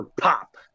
pop